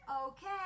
Okay